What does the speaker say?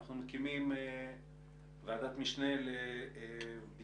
אנחנו מקימים ועדת משנה לביטחון,